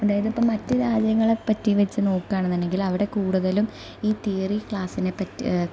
അതായതിപ്പ മറ്റ് രാജ്യങ്ങളെപ്പറ്റി വെച്ച് നോക്കുവാണെന്നുണ്ടെങ്കിൽ അവിടെ കൂടുതലും ഈ തിയറി ക്ലാസ്സിനെ പറ്റി